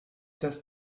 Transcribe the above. das